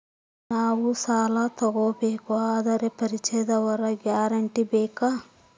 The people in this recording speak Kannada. ನಾವು ಸಾಲ ತೋಗಬೇಕು ಅಂದರೆ ಪರಿಚಯದವರ ಗ್ಯಾರಂಟಿ ಬೇಕಾ?